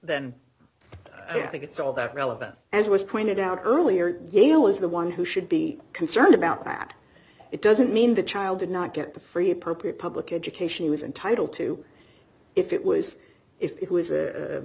then i think it's all that relevant as was pointed out earlier gail is the one who should be concerned about that it doesn't mean the child did not get the free appropriate public education was entitled to if it was if it was a